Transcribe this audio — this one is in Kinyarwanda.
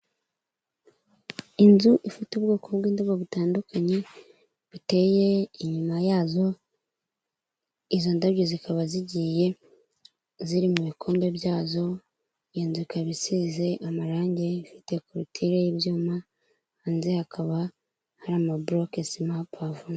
Inzu ifite ubwoko bw'indabo butandukanye buteye inyuma yazo, izo ndabyo zikaba zigiye ziri mu bikombe byazo, inzu ikaba isize amarangi, ifite korutire y'ibyuma, hanze hakaba hari ama boroke sima, hapavomye.